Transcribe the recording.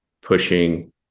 pushing